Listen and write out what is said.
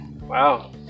Wow